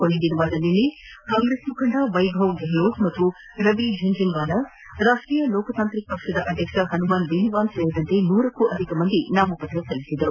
ಕೊನೆಯ ದಿನವಾದ ನಿನ್ನೆ ಕಾಂಗ್ರೆಸ್ ಮುಖಂಡ ವೈಭವ್ ಗೆಹ್ಲೋಟ್ ಮತ್ತು ರವಿ ಜುಂಜುನ್ವಾಲ ರಾಷ್ವೀಯ ಲೋಕತಾಂತ್ರಿಕ ಪಕ್ಷದ ಅಧ್ಯಕ್ಷ ಹನುಮಾನ್ ಬೆನಿವಾಲ್ ಸೇರಿದಂತೆ ನೂರಕ್ಕೂ ಅಧಿಕ ಮಂದಿ ನಾಮಪತ್ರ ಸಲ್ಲಿಸಿದ್ದಾರೆ